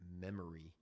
memory